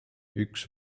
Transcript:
üks